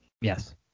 Yes